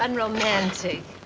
and romantic